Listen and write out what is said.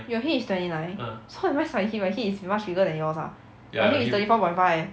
your hip is twenty nine so what's my hip my hip is much bigger than yours ah my hip is thirty four point five